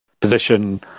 position